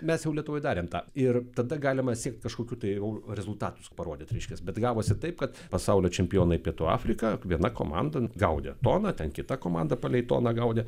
mes jau lietuvoj darėm tą ir tada galima siekt kažkokių tai jau rezultatus parodyti reiškias bet gavosi taip kad pasaulio čempionai pietų afrika viena komanda gaudė toną ten kita komanda palei toną gaudė